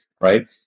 right